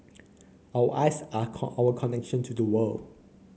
our eyes are our connection to the world